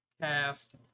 cast